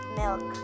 milk